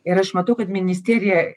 ir aš matau kad ministerija